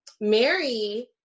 Mary